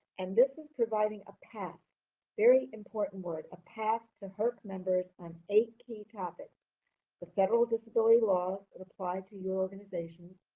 and this is providing a path very important word a path to herc members on eight key topics the federal disability laws that apply to your organization,